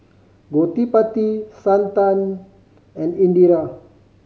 Gottipati Santha and Indira